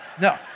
No